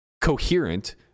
coherent